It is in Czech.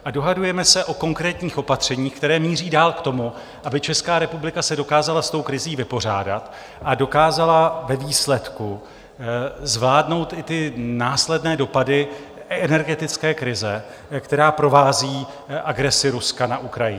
A dohadujeme se o konkrétních opatřeních, která míří dál k tomu, aby se Česká republika dokázala s krizí vypořádat a dokázala ve výsledku zvládnout i následné dopady energetické krize, která provází agresi Ruska na Ukrajině.